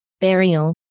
burial